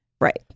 Right